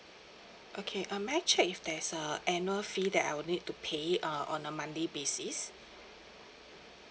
okay um may I check if there's a annual fee that I will need to pay uh on a monthly basis